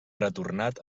retornat